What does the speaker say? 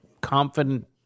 confident